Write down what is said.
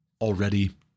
already